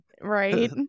Right